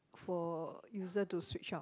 for user to switch out